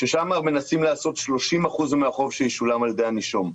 ששם מנסים לעשות 30% מהחוב שישולם על ידי הנישום.